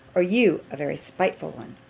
or you a very spiteful one